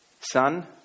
son